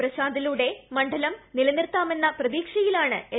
പ്രശാന്തിലൂടെ മണ്ഡലം നിലനിർത്താമെന്ന പ്രതീക്ഷയിലാണ് എൽ